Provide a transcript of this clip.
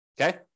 okay